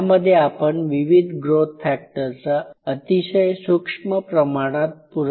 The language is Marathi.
यामध्ये आपण विविध ग्रोथ फॅक्टरचा अतिशय सूक्ष्म प्रमाणात पुरवठा करू शकतो